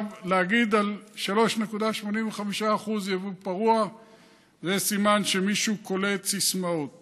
להגיד ש-3.85% זה יבוא פרוע זה סימן שמישהו קולט סיסמאות